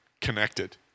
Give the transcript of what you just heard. connected